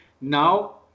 now